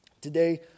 Today